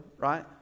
right